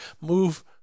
Move